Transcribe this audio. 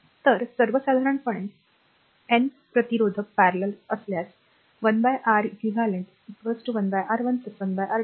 तर सर्वसाधारणपणे r N प्रतिरोधक Parallel समांतर असल्यास 1 R eq 1 R1 1 R2 पर्यंत 1 1 Rn